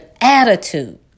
attitude